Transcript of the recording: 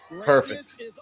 perfect